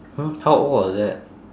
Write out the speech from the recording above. !huh! how old was that